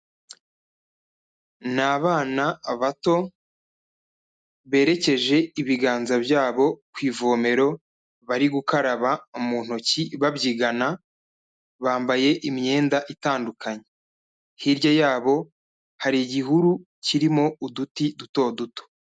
Ni abana bato berekeje ibiganza byabo ku ivomero bari gukaraba mu ntoki babyigana bambaye imyenda itandukanye, hirya yabo hari igihuru kirimo uduti duto duto.